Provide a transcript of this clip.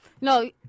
no